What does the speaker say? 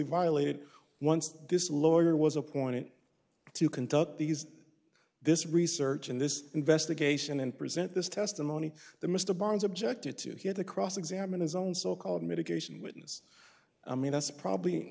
violated once this lawyer was a point to conduct these this research and this investigation and present this testimony the mr bonds objected to he had to cross examine his own so called mitigation witness i mean that's probably